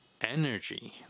energy